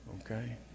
okay